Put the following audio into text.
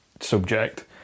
subject